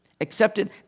accepted